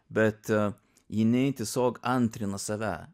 bet jinai tiesiog antrina save